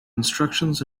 instructions